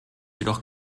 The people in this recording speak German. jedoch